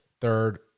third